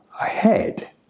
ahead